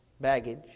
baggage